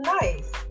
Nice